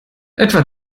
etwa